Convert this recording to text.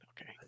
Okay